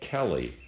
Kelly